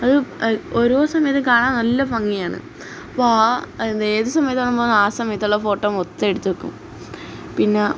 അത് അത് ഓരോ സമയത്തും കാണാൻ നല്ല ഭംഗിയാണ് അപ്പോൾ ആ അതെന്ത് ഏത് സമയത്താണോ നമ്മൾ തന്നെ ആ സമയത്തുള്ള ഫോട്ടോ മൊത്തം എടുത്ത് വെക്കും പിന്നെ